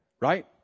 Right